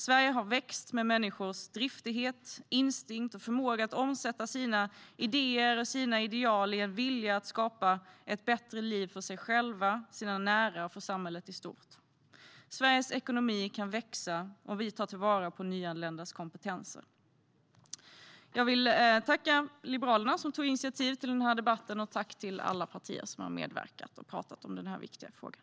Sverige har växt med människors driftighet, instinkt och förmåga att omsätta sina idéer och sina ideal i en vilja att skapa ett bättre liv för sig själva, sina nära och samhället i stort. Sveriges ekonomi kan växa om vi tar till vara nyanländas kompetenser. Jag vill tacka Liberalerna som tog initiativ till den här debatten och även rikta ett tack till alla partier som har medverkat och pratat om den här viktiga frågan.